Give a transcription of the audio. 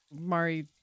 Mari